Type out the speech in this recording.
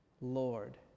Lord